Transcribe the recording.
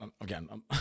again